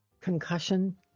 concussion